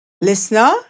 Listener